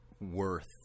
worth